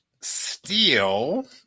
Steel